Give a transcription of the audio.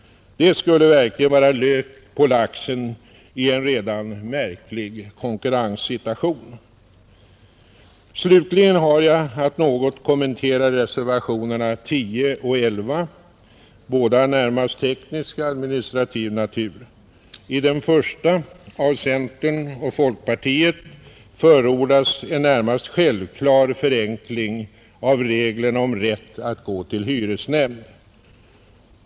Det skulle verkligen vara lök på laxen i en redan märklig konkurrenssituation. Slutligen har jag att något kommentera reservationerna 10 och 11, båda av närmast teknisk-administrativ natur. I den första — av centern och folkpartiet — förordas en närmast självklar förenkling av reglerna om rätt att gå till hyresnämnd.